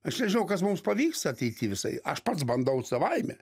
aš nežinau kas mums pavyks ateity visai aš pats bandau savaime